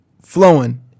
flowing